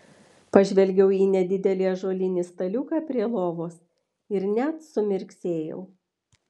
pažvelgiau į nedidelį ąžuolinį staliuką prie lovos ir net sumirksėjau